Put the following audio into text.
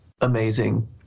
amazing